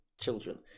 children